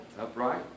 Upright